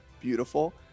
beautiful